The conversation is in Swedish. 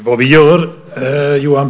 Herr talman!